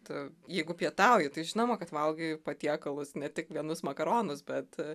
tu jeigu pietauji tai žinoma kad valgai patiekalus ne tik vienus makaronus bet